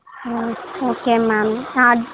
ஓ okay ma'am நான் at